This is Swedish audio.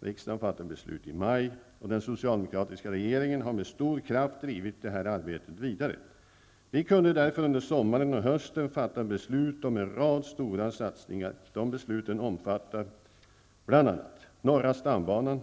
Riksdagen fattade beslut i maj, och den socialdemokratiska regeringen har med stor kraft drivit detta arbete vidare. Vi kunde därför under sommaren och hösten fatta beslut om en rad stora satsningar. De besluten omfattar bl.a. norra stambanan